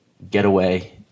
getaway